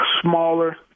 smaller